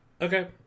Okay